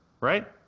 right